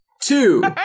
Two